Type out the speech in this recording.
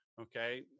Okay